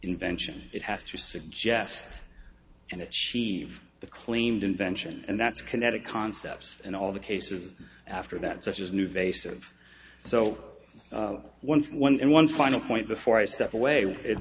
invention it has to suggest and achieve the claimed invention and that's kinetic concepts and all the cases after that such as new vase of so one one and one final point before i step away with it